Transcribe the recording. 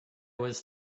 was